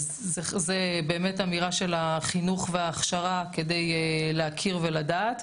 אז זה באמת אמירה של החינוך וההכשרה כדי להכיר ולדעת,